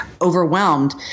overwhelmed